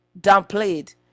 downplayed